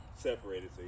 Separated